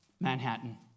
Manhattan